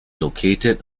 located